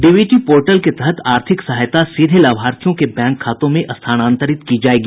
DBT portal के तहत आर्थिक सहायता सीधे लाभार्थियों के बैंक खातों में स्थानांतरित की जाएगी